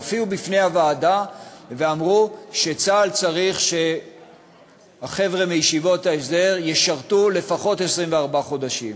בוועדה ואמרו שצה"ל צריך שהחבר'ה מישיבות ההסדר ישרתו לפחות 24 חודשים.